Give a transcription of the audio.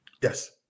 yes